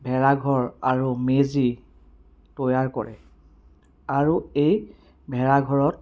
ভেলাঘৰ আৰু মেজি তৈয়াৰ কৰে আৰু এই ভেলাঘৰত